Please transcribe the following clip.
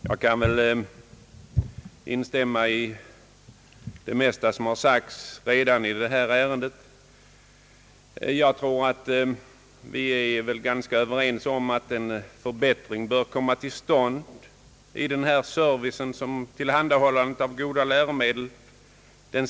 Herr talman! Jag kan instämma i det mesta som hittills har sagts i detta ärende. Jag tror att vi är ganska överens om att en förbättring bör komma till stånd i den service som tillhandahållandet av goda läromedel utgör.